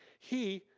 he,